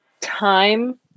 time